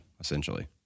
essentially